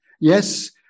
Yes